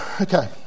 okay